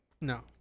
No